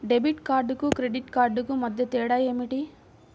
Debit కార్డుకు credit కార్డుకు మధ్య తేడా ఏమిటీ?